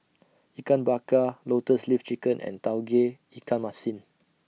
Ikan Bakar Lotus Leaf Chicken and Tauge Ikan Masin